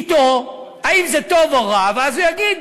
אתו, האם זה טוב או רע, ואז הוא יגיד: